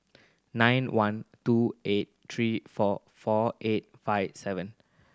nine one two eight three four four eight five seven